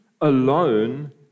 alone